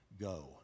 go